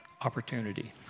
opportunity